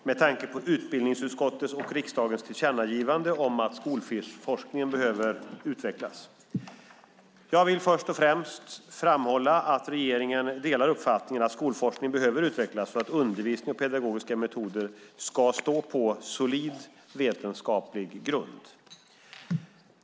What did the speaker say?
Fru talman! Thomas Strand har frågat mig vilka åtgärder jag har vidtagit med tanke på utbildningsutskottets och riksdagens tillkännagivande om att skolforskningen behöver utvecklas. Jag vill först och främst framhålla att regeringen delar uppfattningen att skolforskningen behöver utvecklas och att undervisning och pedagogiska metoder ska stå på solid vetenskaplig grund.